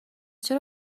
چرا